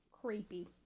Creepy